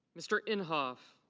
mr. imhoff.